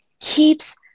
keeps